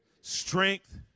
strength